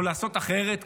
או לעשות אחרת,